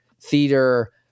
theater